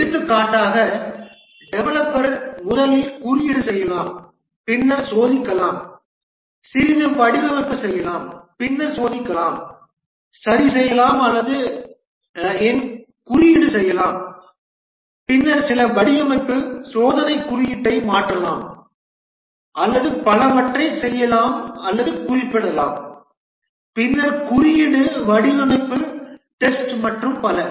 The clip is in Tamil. எடுத்துக்காட்டாக டெவலப்பர் முதலில் குறியீடு செய்யலாம் பின்னர் சோதிக்கலாம் சிறிது வடிவமைப்பு செய்யலாம் பின்னர் சோதிக்கலாம் சரிசெய்யலாம் அல்லது என் குறியீடு செய்யலாம் பின்னர் சில வடிவமைப்பு சோதனை குறியீட்டை மாற்றலாம் அல்லது பலவற்றை செய்யலாம் அல்லது குறிப்பிடலாம் பின்னர் குறியீடு வடிவமைப்பு டெஸ்ட் மற்றும் பல